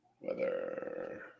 Weather